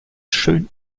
schön